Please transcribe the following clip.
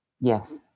Yes